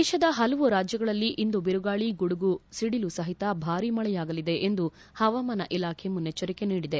ದೇಶದ ಹಲವು ರಾಜ್ಯಗಳಲ್ಲಿ ಇಂದು ಬಿರುಗಾಳಿ ಗುಡುಗು ಸಿಡಿಲು ಸಹಿತ ಭಾರಿ ಮಳೆಯಾಗಲಿದೆ ಎಂದು ಹವಾಮಾನ ಇಲಾಖೆ ಮುನ್ನೆಚ್ಲರಿಕೆ ನೀಡಿದೆ